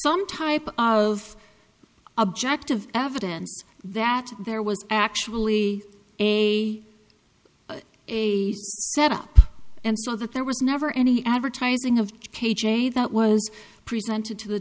some type of objective evidence that there was actually a a set up and so that there was never any advertising of k j that was presented to the